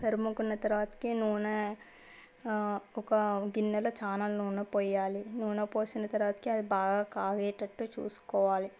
తరుముకున్న తరువాతకి నూనె ఆ ఒక గిన్నెలో చాలా నూనె పోయాలి పోసిన తరువాత అది బాగా కాగేటట్టు చూసుకోవాలి